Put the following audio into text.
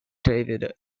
david